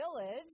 Village